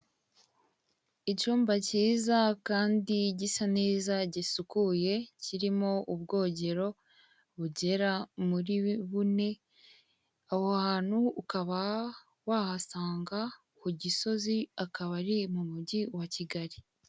Icyumba cyiza kandi gisa neza gisukuye, kirimo ubwogero bugera muri bune, aho hantu ukaba wahasanga ku gisozi, akaba ari mu mugi wa Kigali.